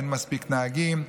אין מספיק נהגים,